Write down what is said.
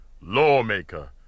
lawmaker